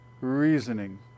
reasoning